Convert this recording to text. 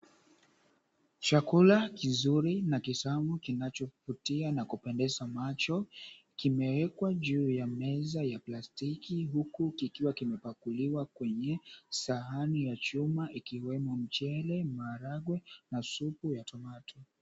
Chakula kizuri na kitamu kinachovutia na kupendeza macho kimewekwa juu ya meza ya plastiki, huku kikiwa kimepakuliwa kwenye sahani ya chuma ikiwemo mchele, maharagwe na supu ya tomato .